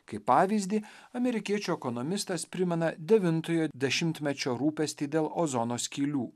kaip pavyzdį amerikiečių ekonomistas primena devintojo dešimtmečio rūpestį dėl ozono skylių